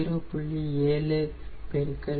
6875 0